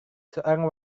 seorang